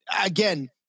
again